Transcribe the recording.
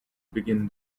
begin